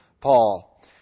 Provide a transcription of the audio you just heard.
Paul